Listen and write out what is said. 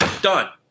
Done